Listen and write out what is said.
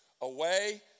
away